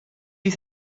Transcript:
you